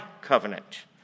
covenant